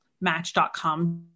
Match.com